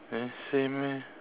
eh same eh